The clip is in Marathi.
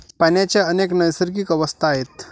पाण्याच्या अनेक नैसर्गिक अवस्था आहेत